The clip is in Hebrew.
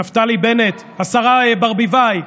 נפתלי בנט, השרה ברביבאי,